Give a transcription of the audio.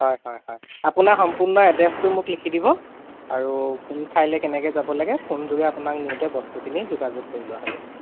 হয় হয় হয় আপোনাৰ সম্পূৰ্ণ এড্ৰেছটো মোক লিখি দিব আৰু কোন ঠাইলৈ কেনেকৈ যাব লাগে ফোনযোগে আপোনাক গোটেই বস্তুখিনি যোগাযোগ কৰি লোৱা হ'ব